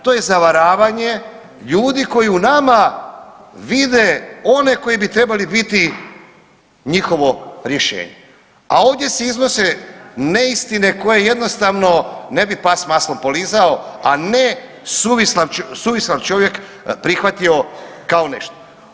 To je zavaravanje ljudi koji u nama vide one koji bi trebali biti njihovo rješenje, a ovdje se iznose neistine koje jednostavno ne bi pas s maslom polizao, a ne suvisan čovjek prihvatio kao nešto.